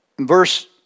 verse